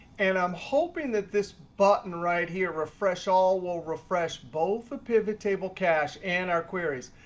and i'm hoping that this button right here, refresh all, will refresh both the pivot table cache and our queries.